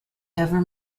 ever